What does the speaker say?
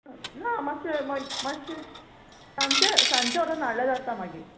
ना मातशें माग मातशें सांचे सांचे व्हरून हाडल्या जाता मागीर